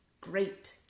great